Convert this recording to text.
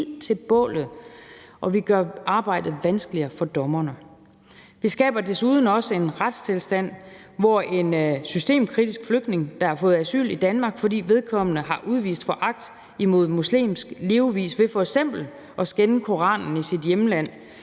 til bålet, og vi gør arbejdet vanskeligere for dommerne. Vi skaber desuden også en retstilstand, hvor en systemkritisk flygtning, der har fået asyl i Danmark, fordi vedkommende har udvist foragt imod muslimsk levevis ved f.eks. at skænde Koranen i sit hjemland